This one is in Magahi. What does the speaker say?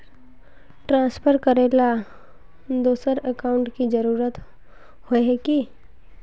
ट्रांसफर करेला दोसर अकाउंट की जरुरत होय है की?